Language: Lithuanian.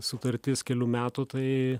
sutartis kelių metų tai